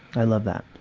i love that.